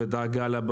לטכנאים,